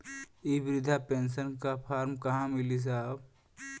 इ बृधा पेनसन का फर्म कहाँ मिली साहब?